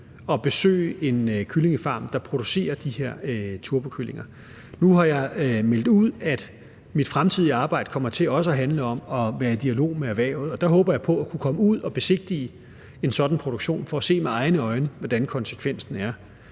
på besøg på en kyllingefarm, der producerer de her turbokyllinger. Nu har jeg meldt ud, at mit fremtidige arbejde også kommer til at handle om at være i dialog med erhvervet, og der håber jeg på at kunne komme ud og besigtige en sådan produktion for med egne øjne at se, hvad konsekvensen er.